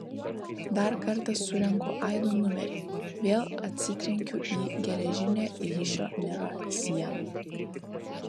dar kartą surenku aido numerį vėl atsitrenkiu į geležinę ryšio nėra sieną